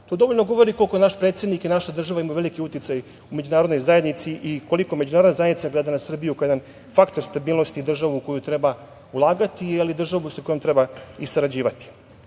dovoljno govori koliko naš predsednik i naša država ima veliki uticaj u međunarodnoj zajednici i koliko međunarodna zajednica gleda na Srbiju kao jedan faktor stabilnosti i državu u koju treba ulagati ili državu sa kojom treba i sarađivati. Ono